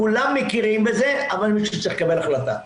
כולם מכירים בזה אבל מישהו צריך לקבל החלטה.